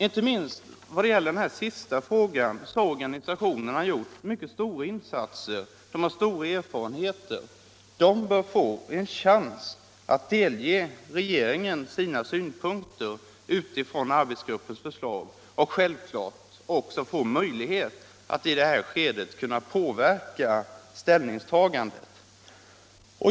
Inte minst vad gäller den sistnämnda verksamheten har organisationerna gjort mycket stora insatser. De har stora erfarenheter, och då bör de få en chans att delge regeringen sina synpunkter med arbetsgruppens förslag som utgångspunkt. Självklart bör de också få möjlighet att i det skedet påverka ställningstagandet.